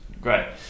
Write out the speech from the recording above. Great